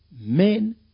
men